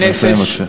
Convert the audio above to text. תסיים בבקשה.